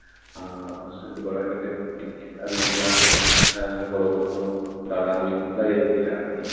ᱥᱟᱹᱛ ᱵᱟᱲᱟ ᱠᱟᱛᱮ ᱠᱟᱹᱡ ᱟᱹᱵᱤᱱ ᱥᱟᱞᱟᱜ ᱜᱚᱲᱚ ᱜᱚᱯᱚᱲᱚ ᱫᱟᱬᱟ ᱦᱚᱞᱤᱧ ᱫᱟᱲᱮᱭᱟᱜ ᱜᱮᱭᱟ ᱟᱨᱠᱤ